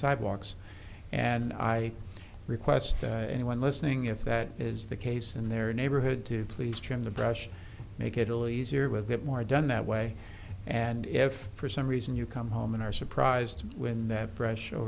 sidewalks and i request anyone listening if that is the case in their neighborhood to please trim the brush make italy's or with it more done that way and if for some reason you come home and are surprised when that pressure